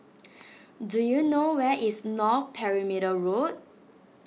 do you know where is North Perimeter Road